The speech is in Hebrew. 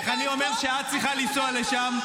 אני אומר שאת צריכה לנסוע לשם,